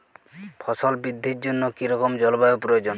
ফসল বৃদ্ধির জন্য কী রকম জলবায়ু প্রয়োজন?